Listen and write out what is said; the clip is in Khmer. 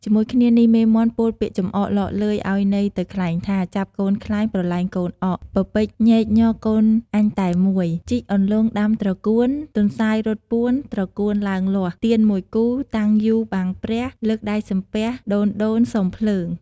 ជាមួយគ្នានេះមេមាន់ពោលពាក្យចំអកឡកឡើយឱ្យន័យទៅខ្លែងថា «ចាប់កូនខ្លែងប្រឡែងកូនអក ពពេចញ៉ែកញ៉កកូនអញតែមួយ ជីកអន្លង់ដាំត្រកួន ទន្សាយរត់ពួន ត្រកួនឡើងលាស់ ទៀន១គូតាំងយូបាំងព្រះ លើកដៃសំពះ ដូនៗសុំភ្លើង» ។